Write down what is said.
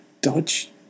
dodge